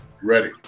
Ready